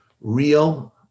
real